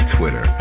Twitter